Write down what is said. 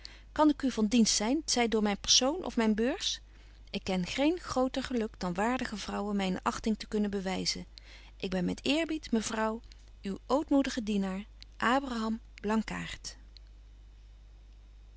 kan ik u van dienst zyn t zy door myn persoon of myn beurs ik ken geen groter geluk dan waardige vrouwen myne achting te kunnen bewyzen ik ben met eerbied mevrouw uw ootmoedige